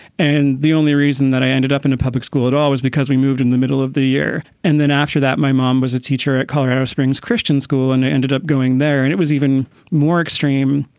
and the only reason that i ended up in a public school at all was because we moved in the middle of the year. and then after that, my mom was a teacher at colorado springs christian school and i ended up going there and it was even more extreme,